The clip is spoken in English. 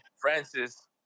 Francis